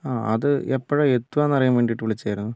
ആ അത് എപ്പോഴാ എത്തുക എന്ന് അറിയാന് വേണ്ടിയിട്ട് വിളിച്ചതായിരുന്നു